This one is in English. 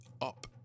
up